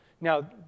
Now